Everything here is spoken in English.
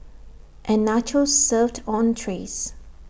and nachos served on trays